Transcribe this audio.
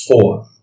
Four